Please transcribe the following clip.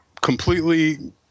completely